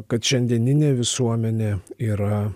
kad šiandieninė visuomenė yra